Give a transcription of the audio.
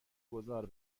گذار